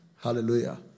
Hallelujah